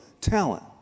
talent